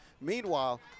Meanwhile